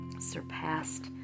surpassed